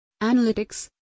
Analytics